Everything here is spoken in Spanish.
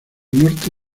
norte